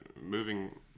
moving